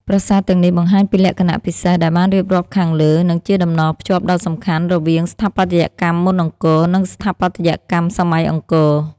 ប្រាសាទទាំងនេះបង្ហាញពីលក្ខណៈពិសេសដែលបានរៀបរាប់ខាងលើ និងជាតំណភ្ជាប់ដ៏សំខាន់រវាងស្ថាបត្យកម្មមុនអង្គរ និងស្ថាបត្យកម្មសម័យអង្គរ។